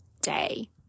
day